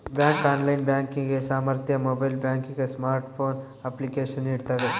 bank online banking ಸಾಮರ್ಥ್ಯ mobile banking smartphone application ನೀಡ್ತವೆ